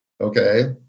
okay